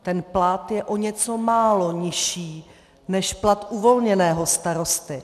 Ten plat je o něco málo nižší než plat uvolněného starosty.